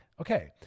Okay